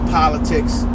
politics